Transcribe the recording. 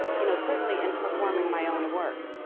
you know, certainly in performing my own work,